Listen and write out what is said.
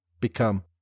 become